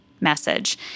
message